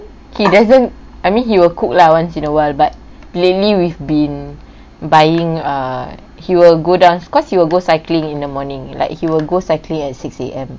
he doesn't I mean he will cook lah once in a while but lately we've been buying err he will go down cause he will go cycling in the morning like he will go cycling at six A_M